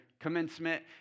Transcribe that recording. commencement